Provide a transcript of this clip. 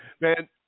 Man